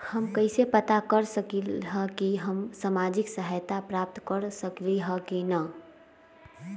हम कैसे पता कर सकली ह की हम सामाजिक सहायता प्राप्त कर सकली ह की न?